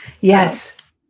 yes